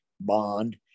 bond